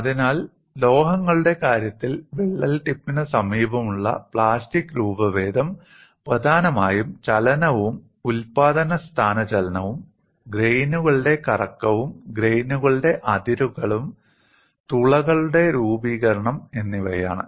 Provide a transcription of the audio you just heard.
അതിനാൽ ലോഹങ്ങളുടെ കാര്യത്തിൽ വിള്ളൽ ടിപ്പിന് സമീപമുള്ള പ്ലാസ്റ്റിക് രൂപഭേദം പ്രധാനമായും ചലനവും ഉത്പാദന സ്ഥാനചലനവും ഗ്രയിനുകളുടെ കറക്കവും ഗ്രയിനുകളുടെ അതിരുകളും തുളകളുടെ രൂപീകരണം എന്നിവയാണ്